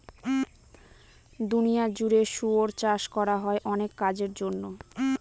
দুনিয়া জুড়ে শুয়োর চাষ করা হয় অনেক কাজের জন্য